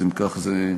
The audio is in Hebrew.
אם כך זה בסדר.